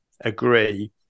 agree